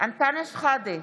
אנטאנס שחאדה,